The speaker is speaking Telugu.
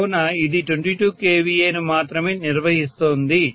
కావున ఇది 22 kVA ను మాత్రమే నిర్వహిస్తోంది